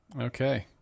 Okay